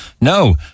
No